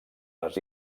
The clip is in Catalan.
les